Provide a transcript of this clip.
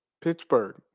Pittsburgh